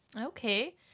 okay